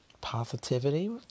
Positivity